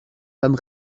femme